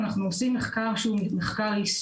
אנחנו עושים מחקר יישומי.